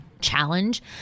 challenge